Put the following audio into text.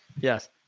Yes